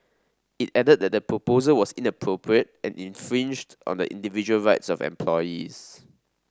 it added that the proposal was inappropriate and infringed on the individual rights of employees